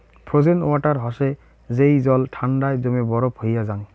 frozen water হসে যেই জল ঠান্ডায় জমে বরফ হইয়া জাং